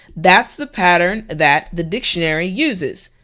that's the pattern that the dictionary uses.